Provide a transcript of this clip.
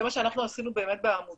זה מה שאנחנו עשינו בעמותה,